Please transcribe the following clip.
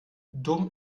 dumm